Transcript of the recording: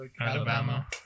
Alabama